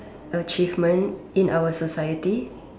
achievement in our society